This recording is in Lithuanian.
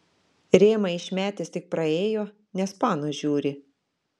rėmą išmetęs tik praėjo nes panos žiūri